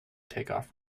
takeoff